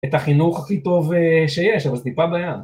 ‫את החינוך הכי טוב שיש, ‫אבל זה טיפה בעיה.